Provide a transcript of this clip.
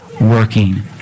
working